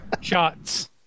Shots